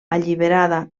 alliberada